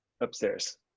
Upstairs